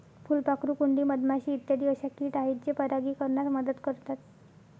फुलपाखरू, कुंडी, मधमाशी इत्यादी अशा किट आहेत जे परागीकरणास मदत करतात